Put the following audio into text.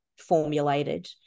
formulated